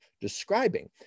describing